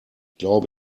glaube